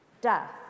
death